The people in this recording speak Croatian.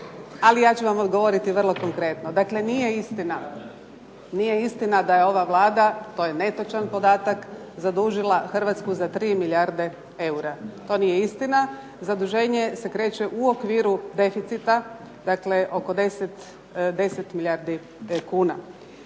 ali ja ću vam odgovoriti vrlo konkretno. Dakle, nije istina da je ova Vlada, to je netočan podatak, zadužila Hrvatsku za 3 milijarde eura. To nije istina, zaduženje se kreće u okviru deficita, dakle oko 10 milijardi kuna.